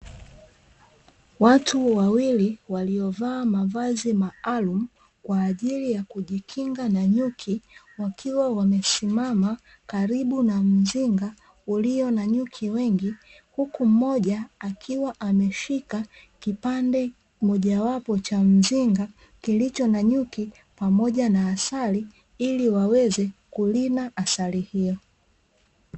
Watu wawili waliovaa mavazi maalumu kwa ajili ya kujikinga na nyuki wakiwa wamesimama karibu na mizinga ulio na nyuki, wengi huku moja akiwa ameshika kipande mojawapo cha mzinga kilicho na nyuki pamoja na asali ili waweze kurina asali hiyo.